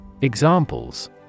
Examples